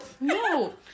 No